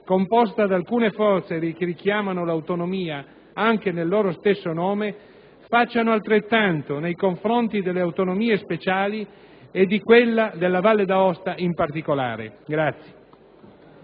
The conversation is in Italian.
composta da alcune forze che si richiamano all'autonomia anche nel loro stesso nome, facciano altrettanto nei confronti delle autonomie speciali, e di quella della Valle d'Aosta in particolare.